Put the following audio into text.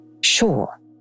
Sure